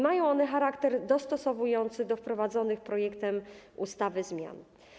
Mają one charakter dostosowujący do wprowadzonych projektem ustawy zmian.